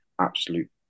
absolute